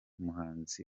muhanuzi